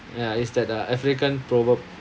ya it's that uh african proverb